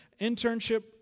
internship